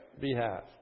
behalf